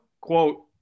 quote